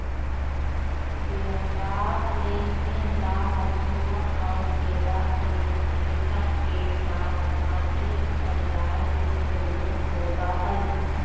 व्यापार लेनदेन ला वस्तुअन और सेवा के विक्रेता के साथसाथ एक खरीदार के जरूरत होबा हई